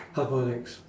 half boiled eggs